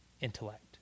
intellect